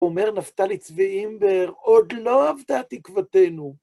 אומר נפתלי צבי אימבר, עוד לא אבדה תקוותנו.